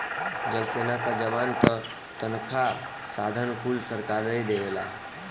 जल सेना के जवान क तनखा साधन कुल सरकारे देवला